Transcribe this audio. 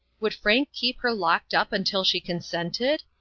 would frank keep her locked up until she consented?